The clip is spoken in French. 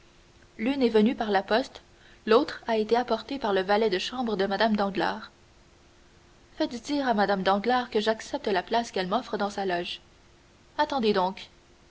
l'une est venue par la poste l'autre a été apportée par le valet de chambre de mme danglars faites dire à mme danglars que j'accepte la place qu'elle m'offre dans sa loge attendez donc